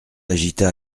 agita